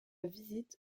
visite